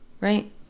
right